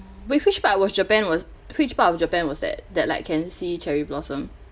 wait which part was japan was which part of japan was that that like can see cherry blossom